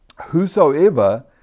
Whosoever